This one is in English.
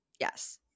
Yes